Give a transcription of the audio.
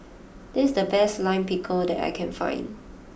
this is the best Lime Pickle that I can find